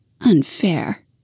unfair